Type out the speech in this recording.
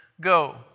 Go